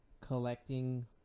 collecting